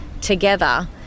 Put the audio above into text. together